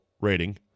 rating